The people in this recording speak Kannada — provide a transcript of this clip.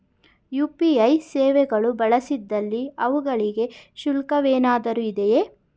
ಯು.ಪಿ.ಐ ಸೇವೆಗಳು ಬಳಸಿದಲ್ಲಿ ಅವುಗಳಿಗೆ ಶುಲ್ಕವೇನಾದರೂ ಇದೆಯೇ?